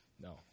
no